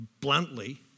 bluntly